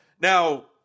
Now